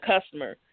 customer